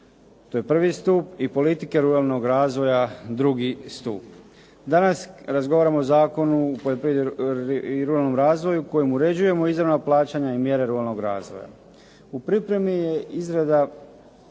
to je prvi stup. I politike ruralnog razvoja, drugi stup. Danas razgovaramo o Zakonu o poljoprivredi i ruralnom razvoju, kojim uređujemo izravna plaćanja i mjere ruralnog razvoja. U pripremi je izrada